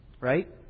Right